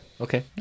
Okay